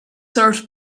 served